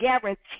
guarantee